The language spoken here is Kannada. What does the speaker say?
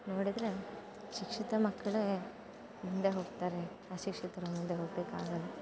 ನೋಡಿದರೆ ಶಿಕ್ಷಿತ ಮಕ್ಕಳೇ ಮುಂದೆ ಹೋಗ್ತಾರೆ ಅಶಿಕ್ಷಿತರು ಮುಂದೆ ಹೋಗಲಿಕ್ಕಾಗಲ್ಲ